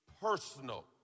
Personal